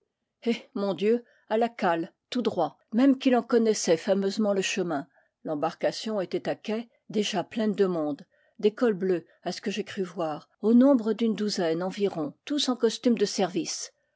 eh mon dieu à la cale tout droit même qu'il en connaissait fameusement le chemin l'embarcation était à quai déjà pleine de monde des cols bleus à ce que j'ai cru voir au nombre d'une douzaine environ tous en cos tume de service